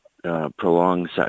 prolonged